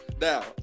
Now